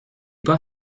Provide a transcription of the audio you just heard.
pas